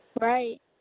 Right